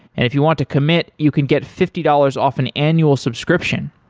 if you want to commit, you can get fifty dollars off an annual subscription.